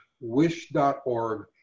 wish.org